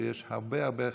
יש הרבה הרבה חרדים.